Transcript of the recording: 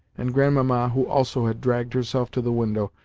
and grandmamma, who also had dragged herself to the window,